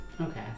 Okay